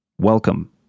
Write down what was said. Welcome